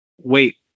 wait